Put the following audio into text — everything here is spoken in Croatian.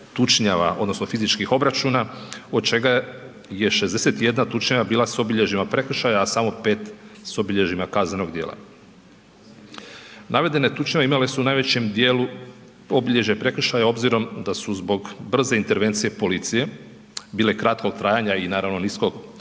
odnosno fizičkih obračuna od čega je 61 tučnjava bila sa obilježjima prekršaja a samo 5 s obilježjima kaznenog djela. Navedene tučnjave imale su u najvećem dijelu obilježje prekršaja s obzirom da su zbog brze intervencije policije bile kratkog trajanja i naravno niskog